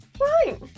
right